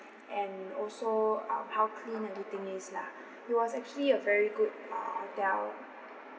and also um how clean everything is lah it was actually a very good uh hotel